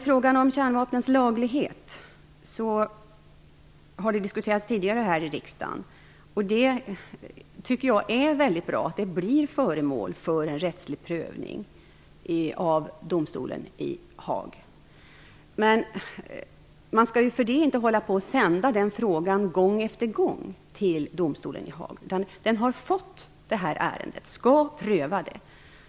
Frågan om kärnvapnens laglighet har diskuterats tidigare här i riksdagen. Jag tycker det är väldigt bra att frågan blir föremål för en rättslig prövning av domstolen i Haag. Men man skall ju inte hålla på att sända frågan gång efter gång till domstolen i Haag. Den har får det här ärendet och skall pröva det.